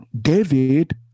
David